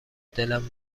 دلم